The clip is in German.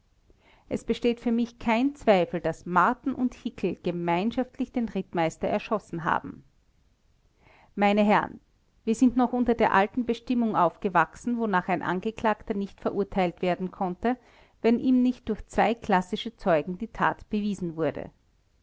es besteht für mich kein zweifel daß marten und hickel gemeinschaftlich den rittmeister erschossen haben meine herren wir sind noch unter der alten bestimmung aufgewachsen wonach ein angeklagter nicht verurteilt werden konnte wenn ihm nicht durch zwei klassische zeugen die tat bewiesen wurde